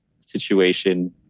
situation